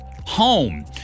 home